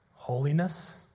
Holiness